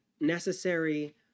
necessary